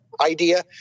idea